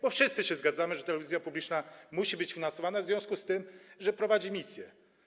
Bo wszyscy się zgadzamy, że telewizja publiczna musi być finansowana w związku z tym, że realizuje misję.